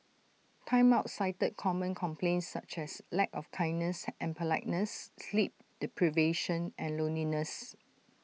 Time Out cited common complaints such as lack of kindness and politeness sleep deprivation and loneliness